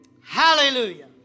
Hallelujah